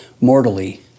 mortally